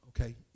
Okay